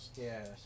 Yes